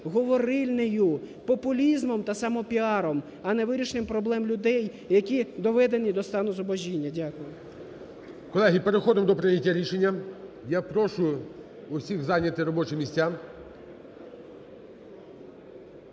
говорильнею, популізмом та самопіаром, а не вирішенням проблем людей, які доведені до стану зубожіння. Дякую. ГОЛОВУЮЧИЙ. Колеги, переходимо до прийняття рішення. Я прошу усіх зайняти робочі місця.